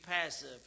passive